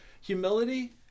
humility